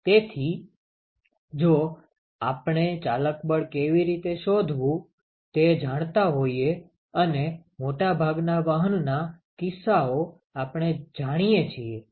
તેથી જો આપણે ચાલક બળ કેવી રીતે શોધવો તે જાણતા હોઈએ અને મોટાભાગના વહનના કિસ્સાઓ આપણે જાણીએ છીએ